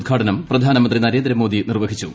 ഉദ്ഘാടനം പ്രധാനമന്ത്രി നരേന്ദ്രമോദി നിർവ്വഹിച്ചു